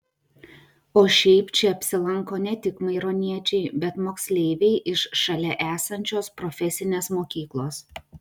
o šiaip čia apsilanko ne tik maironiečiai bet moksleiviai iš šalia esančios profesinės mokyklos